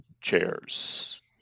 chairs